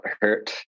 hurt